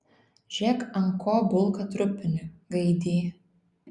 žėk ant ko bulką trupini gaidy